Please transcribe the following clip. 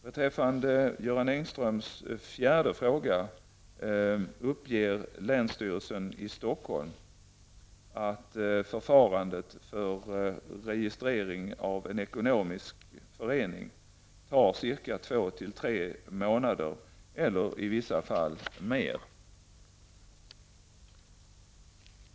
Beträffande Göran Engströms fjärde fråga uppger länsstyrelsen i Stockholm att förfarandet för registrering av en ekonomisk förening tar 2--3 månader eller i vissa fall mer.